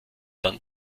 dann